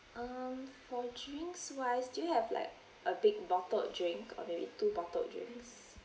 um for drinks wise do you have like a big bottled drink or maybe two bottled drinks